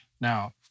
Now